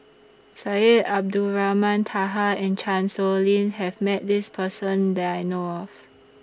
Syed Abdulrahman Taha and Chan Sow Lin Have Met This Person that I know of